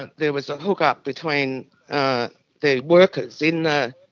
but there was a hook-up between the workers in the